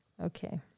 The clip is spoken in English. Okay